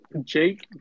Jake